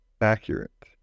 accurate